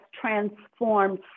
transformed